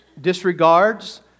disregards